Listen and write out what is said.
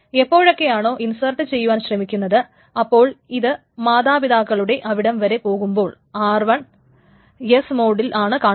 എപ്പോഴൊക്കെയാണോ insert ചെയ്യുവാൻ ശ്രമിക്കുന്നത് അപ്പോൾ ഇത് മാതാപിതാക്കളുടെ അവിടം വരെ പോകുമ്പോൾ r1 S മോഡിലാണ് എന്ന് കാണുന്നു